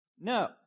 No